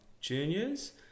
juniors